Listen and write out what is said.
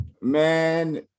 Man